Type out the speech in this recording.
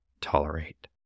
tolerate